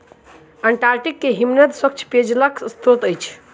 Antarctica के हिमनद स्वच्छ पेयजलक स्त्रोत अछि